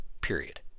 period